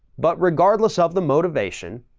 but regardless of the motivation,